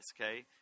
okay